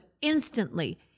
instantly